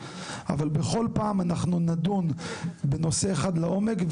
אבל בכל פעם אנחנו נדון בנושא אחד לעומק,